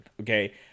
okay